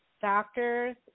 doctors